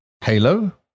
Halo